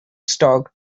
stock